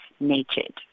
Natured